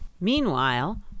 Meanwhile